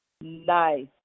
Nice